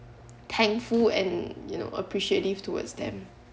thankful and you know appreciative towards them